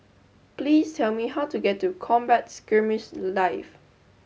please tell me how to get to Combat Skirmish Live